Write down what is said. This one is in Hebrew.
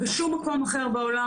בשום מקום אחר בעולם,